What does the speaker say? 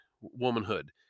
womanhood